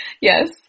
Yes